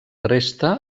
resta